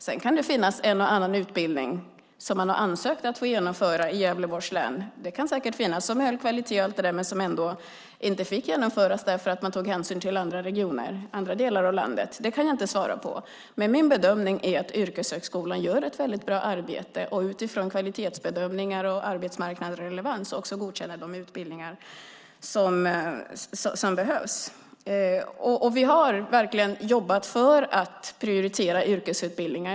Det kan finnas en och annan utbildning som man har ansökt om att gå genomföra i Gävleborgs län som höll kvaliteten men som ändå inte fick genomföras därför att man tog hänsyn till andra regioner och andra delar av landet. Det kan jag inte svara på. Min bedömning är att Yrkeshögskolan gör ett väldigt bra arbete och utifrån kvalitet, arbetsmarknad och relevans godkänner de utbildningar som behövs. Vi har verkligen jobbat för att prioritera yrkesutbildningar.